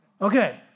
Okay